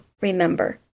remember